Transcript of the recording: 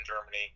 germany